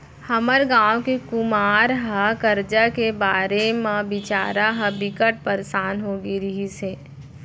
हमर गांव के कुमार ह करजा के मारे बिचारा ह बिकट परसान हो गे रिहिस हे